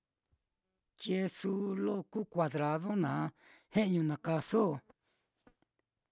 Quesu lo kuu cuadrado naá u na kaaso.